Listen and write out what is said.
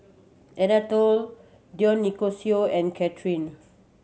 Anatole Dionicio and Cathrine